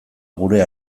gure